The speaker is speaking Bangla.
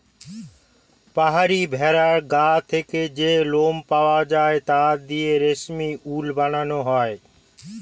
পাহাড়ি ভেড়ার গা থেকে যে লোম পাওয়া যায় তা দিয়ে রেশমি উল বানানো হয়